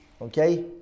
Okay